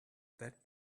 that